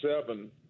seven